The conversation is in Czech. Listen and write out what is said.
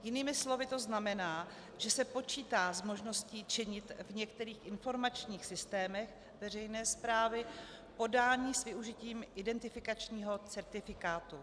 Jinými slovy to znamená, že se počítá s možností činit v některých informačních systémech veřejné správy podání s využitím identifikačního certifikátu.